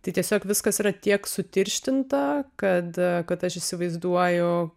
tai tiesiog viskas yra tiek sutirštinta kad kad aš įsivaizduoju